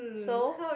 so